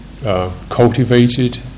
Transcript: Cultivated